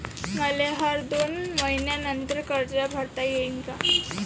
मले हर दोन मयीन्यानंतर कर्ज भरता येईन का?